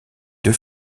deux